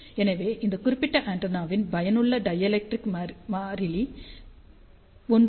எனவே இந்த குறிப்பிட்ட ஆண்டெனாவின் பயனுள்ள டைஎலெக்டிரிக் மாறிலி 1